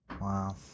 Wow